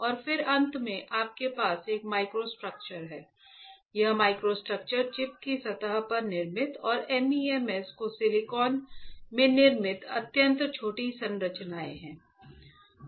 और फिर अंत में आपके पास एक माइक्रोस्ट्रक्चर है यह माइक्रोस्ट्रक्चर चिप की सतह पर निर्मित और MEMS के सिलिकॉन में निर्मित अत्यंत छोटी संरचनाएं हैं